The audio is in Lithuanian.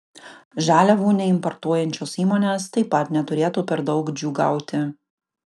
žaliavų neimportuojančios įmonės taip pat neturėtų per daug džiūgauti